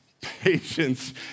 patience